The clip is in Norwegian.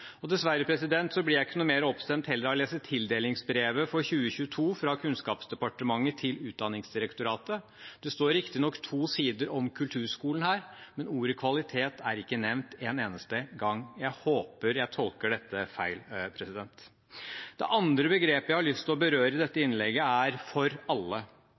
Dessverre blir jeg heller ikke noe mer oppstemt av å lese tildelingsbrevet for 2022 fra Kunnskapsdepartementet til Utdanningsdirektoratet. Det står riktignok to sider om kulturskolen her, men ordet «kvalitet» er ikke nevnt en eneste gang. Jeg håper jeg tolker dette feil. Det andre begrepet jeg har lyst til å berøre i dette innlegget, er «for alle».